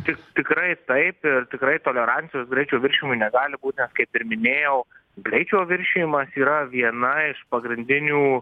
tik tikrai taip ir tikrai tolerancijos greičio viršijimui negali būt nes kaip ir minėjau greičio viršijimas yra viena iš pagrindinių